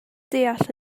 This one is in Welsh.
deall